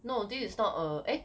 no this is not a eh